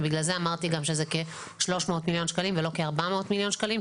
ולכן גם אמרתי שזה כ-300 מיליון שקלים ולא כ-400 מיליון שקלים,